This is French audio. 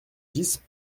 dix